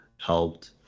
helped